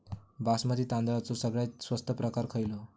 बासमती तांदळाचो सगळ्यात स्वस्त प्रकार खयलो?